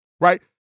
right